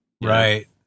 Right